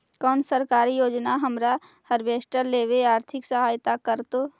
कोन सरकारी योजना हमरा हार्वेस्टर लेवे आर्थिक सहायता करतै?